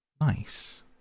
Nice